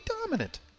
dominant